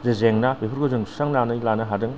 जे जेंना बेफोरखौ जों सुस्रांनानै लानो हादों